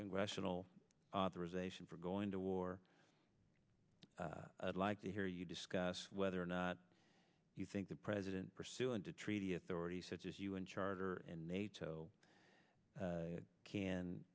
congressional authorization for going to war i'd like to hear you discuss whether or not you think the president pursuant to treaty authority such as u n charter and nato can c